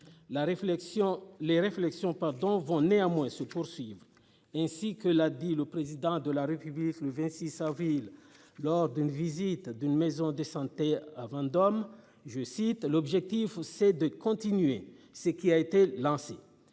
les réflexions pardon vont néanmoins se poursuivre ainsi que l'a dit le président de la République le 26 avril lors d'une visite d'une maison de santé avant d'hommes je cite l'objectif c'est de continuer ce qui a été lancé.